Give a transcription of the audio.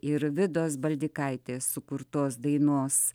ir vidos baldykaitės sukurtos dainos